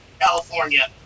California